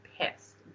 pissed